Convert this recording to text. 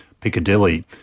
Piccadilly